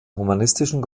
humanistischen